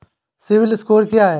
CIBIL score क्या है?